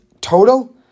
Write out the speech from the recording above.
total